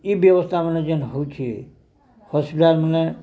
ଇ ବ୍ୟବସ୍ଥା ମାନେ ଯେନ୍ ହେଉଛି ହସ୍ପିଟାଲ୍ମାନେ